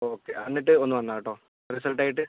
okay ആ എന്നിട്ട് ഒന്ന് വന്നോട്ടോ റിസൾട്ട് ആയിട്ട്